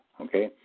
okay